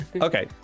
Okay